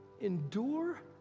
Endure